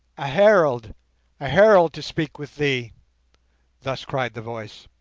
a herald a herald to speak with thee thus cried the voice.